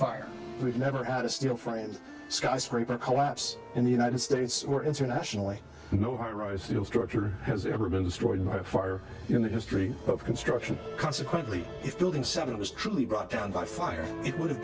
fire we've never had a steel framed skyscraper collapse in the united states or internationally nor rise to a structure has ever been destroyed by fire in the history of construction consequently if building seven was truly brought down by fire it would